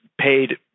paid